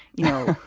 you know,